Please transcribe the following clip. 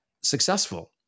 successful